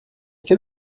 quel